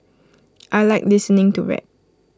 I Like listening to rap